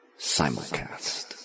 Simulcast